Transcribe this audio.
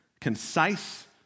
concise